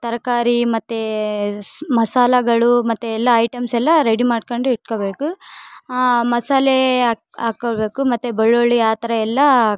ತರಕಾರಿ ಮತ್ತು ಸ್ ಮಸಾಲಗಳು ಮತ್ತು ಎಲ್ಲ ಐಟೆಮ್ಸೆಲ್ಲ ರೆಡಿ ಮಾಡ್ಕೊಂಡ್ ಇಟ್ಕೋಬೇಕು ಮಸಾಲೇ ಹಾಕ್ ಹಾಕೋಬೇಕು ಮತ್ತು ಬೆಳ್ಳುಳ್ಳಿ ಆ ಥರ ಎಲ್ಲ